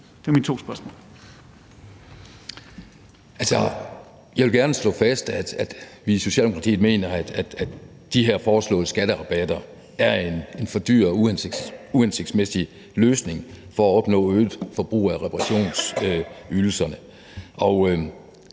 jeg vil gerne slå fast, at vi i Socialdemokratiet mener, at de her foreslåede skatterabatter er en for dyr og uhensigtsmæssig løsning for at opnå øget forbrug af reparationsydelserne.